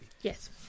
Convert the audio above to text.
Yes